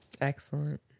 excellent